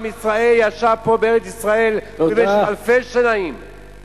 עם ישראל ישב פה בארץ-ישראל במשך אלפי שנים, תודה.